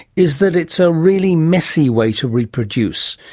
is that it's a really messy way to reproduce,